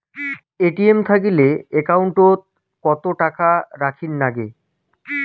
ATM থাকিলে account ওত কত টাকা রাখীর নাগে?